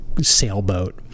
sailboat